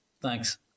Thanks